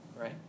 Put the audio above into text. right